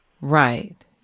Right